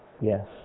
Yes